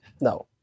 No